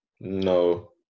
No